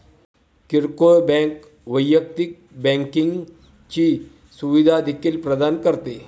किरकोळ बँक वैयक्तिक बँकिंगची सुविधा देखील प्रदान करते